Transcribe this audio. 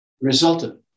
resulted